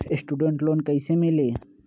Student loan कैसे मिली?